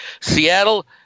Seattle